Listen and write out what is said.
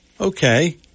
Okay